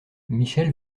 michel